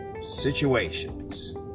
situations